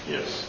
Yes